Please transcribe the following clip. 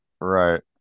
Right